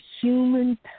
human